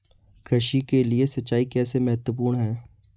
कृषि के लिए सिंचाई कैसे महत्वपूर्ण है?